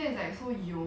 you mean it